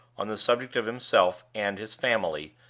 on the subject of himself and his family,